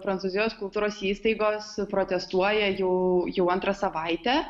prancūzijos kultūros įstaigos protestuoja jau jau antrą savaitę